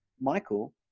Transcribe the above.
Michael